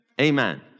Amen